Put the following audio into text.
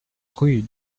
rue